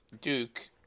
duke